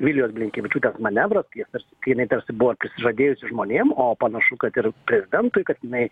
vilijos blinkevičiūtės manevras kai jis tarsi kai jinai tarsi buvo žadėjusi žmonėm o panašu kad ir prezidentui kad jinai